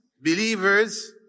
believers